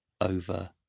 over